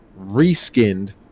reskinned